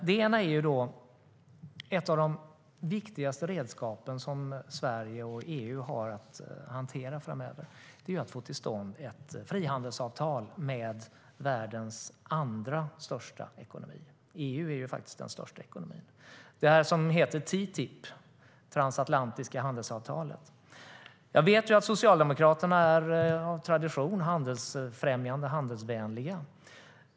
Det ena gäller ett av de viktigaste redskapen som Sverige och EU har att hantera framöver, nämligen att få till stånd ett frihandelsavtal med världens andra största ekonomi - EU är faktiskt den största ekonomin - alltså TTIP, det transatlantiska handelsavtalet. Jag vet att Socialdemokraterna av tradition är handelsfrämjande och handelsvänliga.